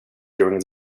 during